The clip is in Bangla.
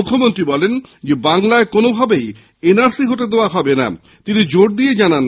মুখ্যমন্ত্রী বলেন বাংলায় কোনোভাবেই এনআরসি হতে দেওয়া হবে না বলে তিনি জোর দিয়ে জানান